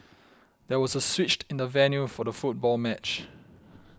there was a switch in the venue for the football match